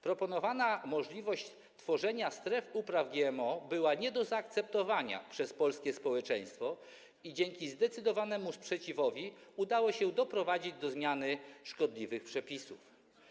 Proponowana możliwość tworzenia „stref upraw GMO” była nie do zaakceptowania przez polskie społeczeństwo i dzięki zdecydowanemu sprzeciwowi udało się doprowadzić do zmiany szkodliwych przepisów.